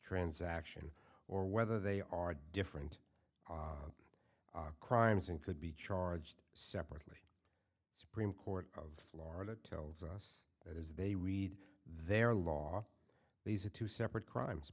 transaction or whether they are different crimes and could be charged separately supreme court of florida tells us that is they read their law these are two separate crimes